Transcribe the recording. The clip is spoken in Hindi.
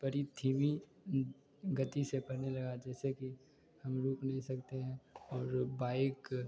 पड़ी धीमी गति से पड़ने लगा जैसे कि हम रुक नहीं सकते हैं और बाइक